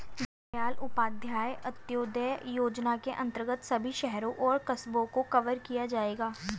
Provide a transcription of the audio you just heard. दीनदयाल उपाध्याय अंत्योदय योजना के अंतर्गत सभी शहरों और कस्बों को कवर किया जाएगा